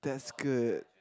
that's good